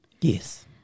Yes